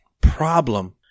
problem